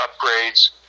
upgrades